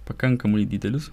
pakankamai didelis